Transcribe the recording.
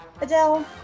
Adele